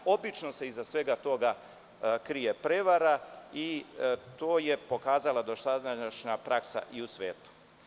Obično se iza svega toga krije prevara i to je pokazala dosadašnja praksa i u svetu.